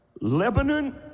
Lebanon